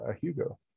Hugo